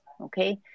okay